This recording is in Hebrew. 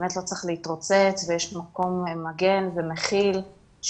שבאמת לא צריך להתרוצץ ויש מקום מגן ומכיל שכל